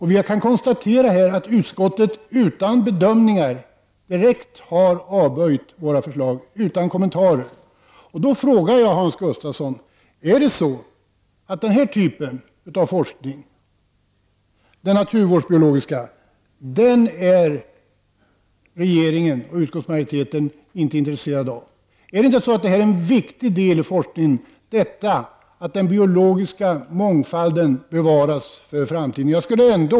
Jag konstaterar att utskottet utan bedömningar och kommentarer direkt har avvisat våra förslag. Då vill jag fråga Hans Gustafsson: Är det så att regeringen och utskottsmajoriteten inte är intresserade av den här typen av forskning, den naturvårdsbiologiska? Är inte det en viktig del av forskningen att den biologiska mångfalden bevaras för framtiden?